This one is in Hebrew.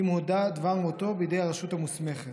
אם הודע דבר מותו בידי רשות מוסמכת,